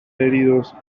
heridos